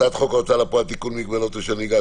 הצעת חוק ההוצאה לפועל (תיקון מגבלות רישיון נהיגה),